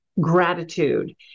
gratitude